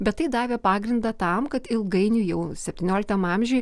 bet tai davė pagrindą tam kad ilgainiui jau septynioliktam amžiuj